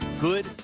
good